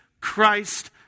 Christ